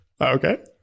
Okay